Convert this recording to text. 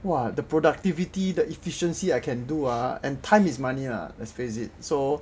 !wah! the productivity the efficiency I can do ah and time is money ah let's face it so